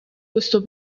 questo